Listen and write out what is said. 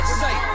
say